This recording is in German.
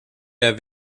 der